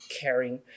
caring